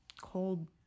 cold